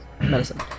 Medicine